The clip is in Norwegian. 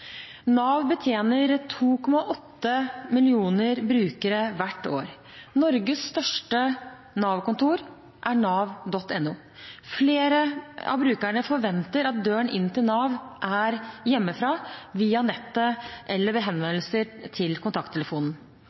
Nav betjener 2,8 millioner brukere hvert år. Norges største Nav-kontor er nav.no. Flere av brukerne forventer at døren inn til Nav er hjemmefra, via nettet eller ved henvendelse til kontakttelefonen.